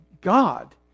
God